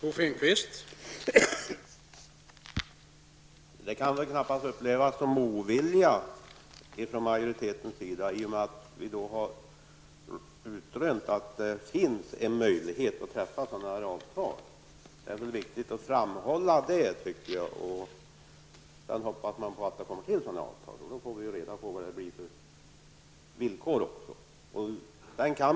Herr talman! Majoritetens ställningstagande kan knappast upplevas som ovilja i och med att vi har utrönt att det finns en möjlighet att träffa sådana här avtal. Det är viktigt att framhålla det, tycker jag. Man får hoppas att sådana här avtal kommer till stånd. Då får vi reda på vilka villkor det blir fråga om.